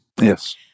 yes